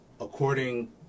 according